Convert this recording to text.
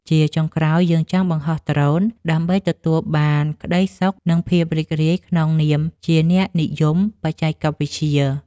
ជាចុងក្រោយ យើងបង្ហោះដ្រូនដើម្បីទទួលបានក្តីសុខ និងភាពរីករាយក្នុងនាមជាអ្នកនិយមបច្ចេកវិទ្យា។